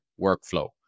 workflow